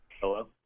Hello